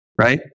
right